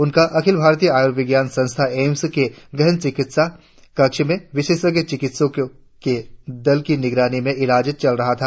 उनका अखिल भारतीय आयुविज्ञान संस्थान एम्स के गहन चिकित्सा कक्ष में विशेषज्ञ चिकित्सकों के दल की निगरानी में इलाज चल रहा था